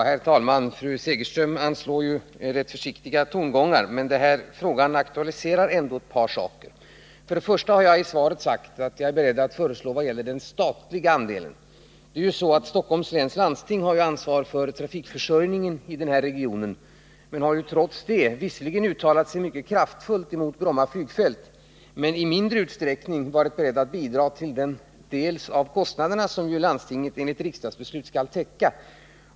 Herr talman! Fru Segerström anslår ju rätt försiktiga tongångar. Men den här frågan aktualiserar ändå ett par saker. Jag har i svaret sagt att jag är beredd att föreslå att medel anvisas för att täcka den statliga andelen. Stockholms läns landsting, som ju har ansvar för trafikförsörjningen i den här regionen, har visserligen uttalat sig mycket kraftfullt emot Bromma flygfält men i mindre utsträckning varit beredd att bidra till den del av kostnaderna som landstinget enligt riksdagsbeslut skall täcka.